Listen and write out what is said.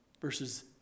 Versus